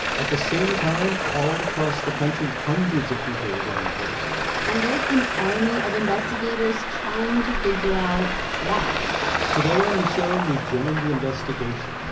at the same time, all across the country, hundreds of people are getting poisoned and there's an army of investigators trying to figure out why today on the show, we join the investigation,